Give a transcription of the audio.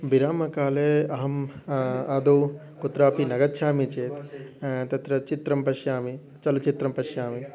विरामकाले अहम् आदौ कुत्रापि न गच्छामि चेत् तत्र चित्रं पश्यामि चलच्चित्रं पश्यामि